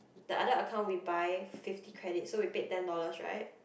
the other account we buy fifty credit so we pay ten dollars right